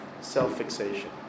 self-fixation